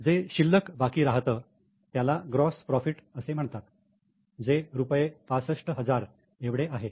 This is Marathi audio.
जे शिल्लक बाकी राहतं त्याला ग्रॉस प्रोफिट असे म्हणतात जे रुपये 65000 एवढे आहे